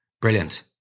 Brilliant